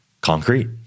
concrete